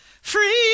free